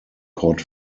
caught